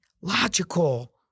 logical